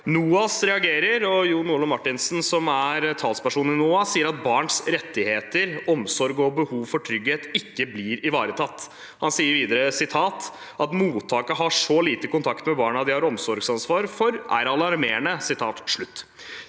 NOAS reagerer, og Jon Ole Martinsen, som er talsperson i NOAS, sier at barns rettigheter og behov for omsorg og trygghet ikke blir ivaretatt. Han sier videre: «At mottaket har så lite kontakt med barna de har omsorgsansvar for, er alarmerende.»